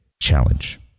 Challenge